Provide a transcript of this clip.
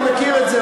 אני מכיר את זה,